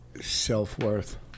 self-worth